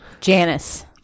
Janice